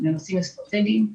לנושאים אסטרטגיים,